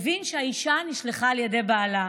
הבין שהאישה נשלחה על ידי בעלה,